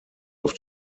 auf